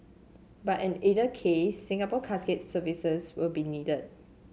but in either case Singapore Casket's services will be needed